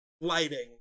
lighting